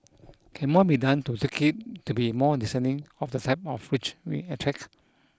can more be done to tweak it to be more discerning of the type of rich we attract